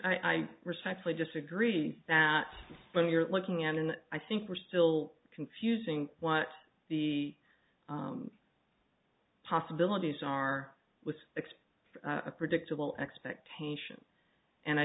i respectfully disagree that when you're looking and i think we're still confusing what the possibilities are was fixed a predictable expectation and i